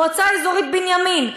מועצה אזורית בנימין,